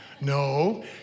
No